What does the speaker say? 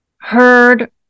heard